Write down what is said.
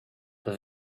with